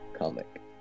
comic